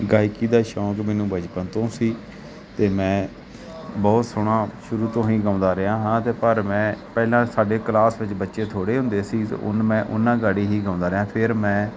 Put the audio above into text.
ਗਾਇਕੀ ਦਾ ਸ਼ੌਂਕ ਮੈਨੂੰ ਬਚਪਨ ਤੋਂ ਸੀ ਅਤੇ ਮੈਂ ਬਹੁਤ ਸੋਹਣਾ ਸ਼ੁਰੂ ਤੋਂ ਹੀ ਗਾਉਂਦਾ ਰਿਹਾ ਹਾਂ ਅਤੇ ਪਰ ਮੈਂ ਪਹਿਲਾਂ ਸਾਡੇ ਕਲਾਸ ਵਿੱਚ ਬੱਚੇ ਥੋੜ੍ਹੇ ਹੁੰਦੇ ਸੀ ਅਤੇ ਹੁਣ ਮੈਂ ਉਹਨਾਂ ਗਾੜੀ ਹੀ ਗਾਉਂਦਾ ਰਿਹਾ ਫੇਰ ਮੈਂ